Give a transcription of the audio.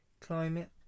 climate